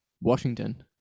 Washington